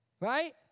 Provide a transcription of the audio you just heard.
Right